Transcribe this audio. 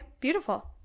Beautiful